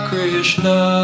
Krishna